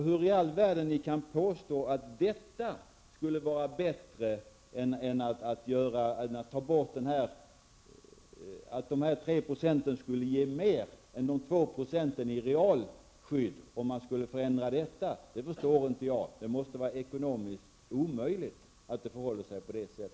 Hur i all världen kan ni påstå att dessa 3 % skulle ge mer än 2 % i realskydd? Det förstår inte jag. Det måste vara ekonomiskt omöjligt att det förhåller sig på det viset.